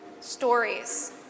stories